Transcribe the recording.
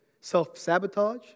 Self-sabotage